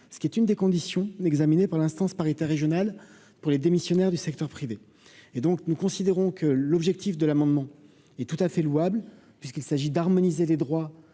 ce qui est une des conditions par l'instance paritaire régionale pour les démissionnaires du secteur privé et donc nous considérons que l'objectif de l'amendement et tout à fait louable puisqu'il s'agit d'harmoniser les droits